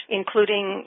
including